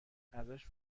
ازش